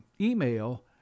email